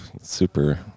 super